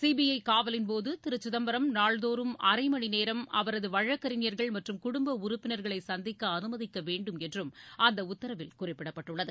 C B I காவலின்போது திரு சிதம்பரம் நாள்தோறும் அரை மணி நேரம் அவரது வழக்கறிஞர்கள் மற்றும் குடும்ப உறுப்பினர்களை சந்திக்க அனுமதிக்கவேண்டும் என்றும் அந்த உத்தரவில் குறிப்பிடப்பட்டுள்ளது